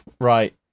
Right